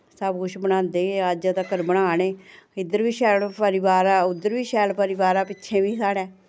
सब कुछ बनांदे गे अज्ज तक्कर बना ने इद्धर बी शैल परोआर ऐ उद्धर बी शैल परोआर ऐ पिच्छें बी साढ़ै